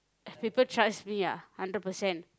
people trust me ah hundred percent